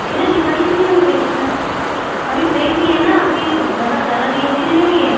इधर दिखाइए दीदी हम देखते हैं अभी फ्रेश ही है न अभी मतलब ज़्यादा दिनों की तो नहीं हुई है